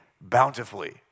bountifully